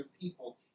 people